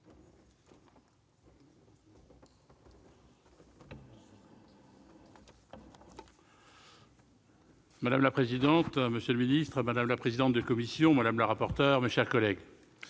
Madame la présidente, monsieur le ministre, madame la présidente de la commission, madame la rapporteure, mes chers collègues,